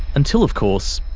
until, of course,